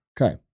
Okay